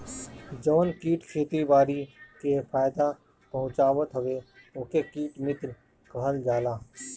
जवन कीट खेती बारी के फायदा पहुँचावत हवे ओके कीट मित्र कहल जाला